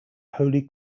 holy